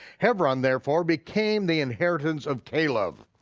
hebron therefore became the inheritance of caleb,